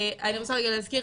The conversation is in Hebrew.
אני רוצה רגע להזכיר,